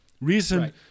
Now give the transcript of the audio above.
Reason